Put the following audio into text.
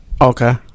Okay